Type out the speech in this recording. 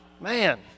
man